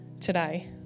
today